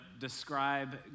describe